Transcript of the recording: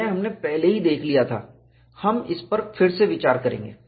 यह हमने पहले ही देख लिया था हम इस पर फिर से विचार करेंगे